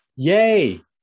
Yay